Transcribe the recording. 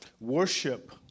Worship